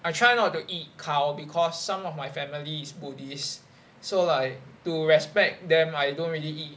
I try not to eat cow because some of my family is buddhist so like to respect them I don't really eat